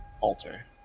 Alter